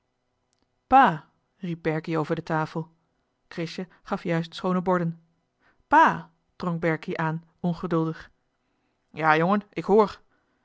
riep berkie over de tafel krisje gaf juist schoone borden pa drong berkie aan ongeduldig ja jongen ik hoor